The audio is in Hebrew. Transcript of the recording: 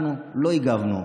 אנחנו לא הגבנו,